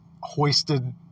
hoisted